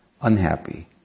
unhappy